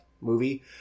movie